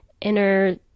inner